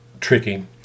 tricky